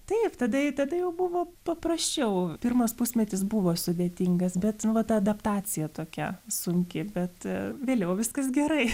taip tada tada jau buvo paprasčiau pirmas pusmetis buvo sudėtingas bet va ta adaptacija tokia sunki bet vėliau viskas gerai